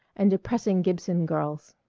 and depressing gibson girls.